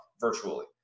virtually